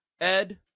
Ed